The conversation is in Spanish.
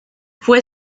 fue